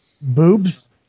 Boobs